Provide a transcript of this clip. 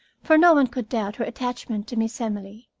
for no one could doubt her attachment to miss emily.